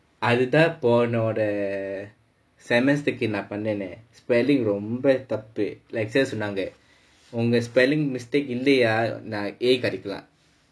அது தான் இப்போ உன்னோட:athu thann ippo unnoda semester ருக்கு நான் பண்ணுனேனே:rukku naan pannunaenae spelling ரொம்ப தப்பு:romba thappu like teacher சொன்னங்க உங்க:sonnaanga unga spelling mistake இல்லையா நான்:illaiyaa naan A கிடைக்கலாம்:kidaikkalaam